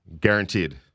Guaranteed